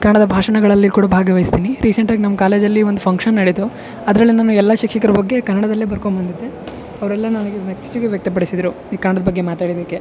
ಕನ್ನಡದ ಭಾಷಣಗಳಲ್ಲಿ ಕೂಡ ಭಾಗವಹಿಸ್ತೀನಿ ರಿಸೆಂಟಾಗಿ ನಮ್ಮ ಕಾಲೇಜಲ್ಲಿ ಒಂದು ಫಂಕ್ಷನ್ ನಡೆಯಿತು ಅದರಲ್ಲಿ ನಾನು ಎಲ್ಲ ಶಿಕ್ಷಕರ ಬಗ್ಗೆ ಕನ್ನಡದಲ್ಲೇ ಬರ್ಕೊಬಂದಿದ್ದೆ ಅವರೆಲ್ಲ ನನಗೆ ಮೆಚ್ಚುಗೆ ವ್ಯಕ್ತಪಡಿಸಿದರು ಈ ಕನ್ನಡದ ಬಗ್ಗೆ ಮಾತಾಡಿದಕ್ಕೆ